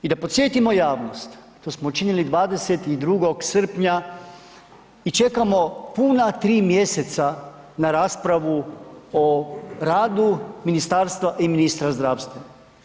I da podsjetimo javnost, to smo činili 22. srpnja i čekamo puna 3 mj. na raspravu o radu ministarstva i ministra zdravstva.